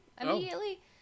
immediately